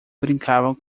brincavam